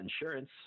insurance